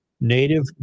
Native